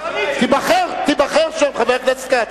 תיבחר, תיבחר שם, חבר הכנסת כץ.